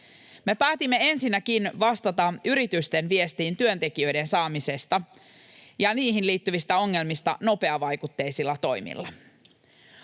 Me päätimme ensinnäkin vastata yritysten viestiin työntekijöiden saamisesta ja siihen liittyvistä ongelmista nopeavaikutteisilla toimilla: